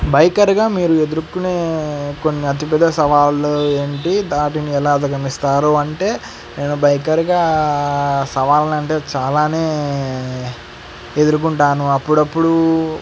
బైకర్గా మీరు ఎదుర్కునే కొన్ని అతిపెద్ద సవాళ్ళు ఏంటి వాటిని ఎలా అధిగమిస్తారు అంటే నేను బైకర్గా సవాళ్ళంటే చాలానే ఎదుర్కుంటాను అప్పుడప్పుడు